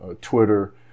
Twitter